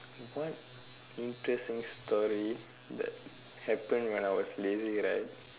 what interesting story that happen when I was lazy right